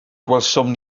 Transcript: gwelsom